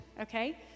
okay